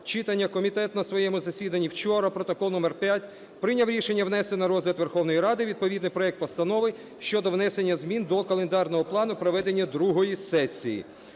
читання, комітет на своєму засіданні вчора (протокол № 5) прийняв рішення внести на розгляд Верховної Ради відповідний проект Постанови щодо внесення змін до календарного плану проведення другої сесії.